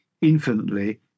infinitely